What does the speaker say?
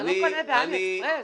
אתה לא קונה בעלי אקספרס?